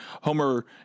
Homer